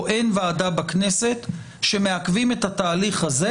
או אין ועדה בכנסת שמעכבים את התהליך הזה